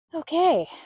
Okay